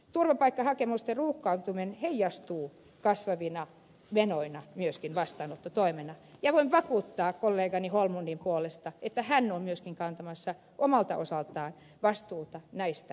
turvapaikkahakemusten ruuhkautuminen heijastuu kasvavina menoina myöskin vastaanottotoimessa ja voin vakuuttaa kollegani holmlundin puolesta että hän on myöskin kantamassa omalta osaltaan vastuuta näistä asioista